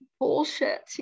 bullshit